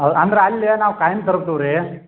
ಅವು ಅಂದ್ರೆ ಅಲ್ಲಿ ನಾವು ಖಾಯಂ ತರ್ತೀವ್ ರೀ